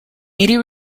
media